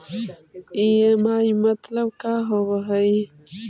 EMI मतलब का होब हइ?